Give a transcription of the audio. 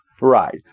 Right